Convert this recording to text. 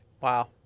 Wow